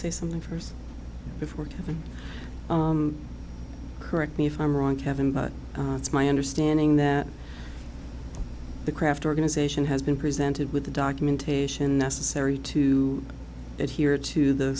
say something first before correct me if i'm wrong kevin but it's my understanding that the craft organization has been presented with the documentation necessary to get here to the